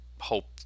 hope